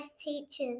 teachers